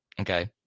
Okay